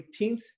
18th